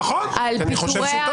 נכון, כי אני חושב שהוא טועה.